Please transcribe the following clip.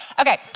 Okay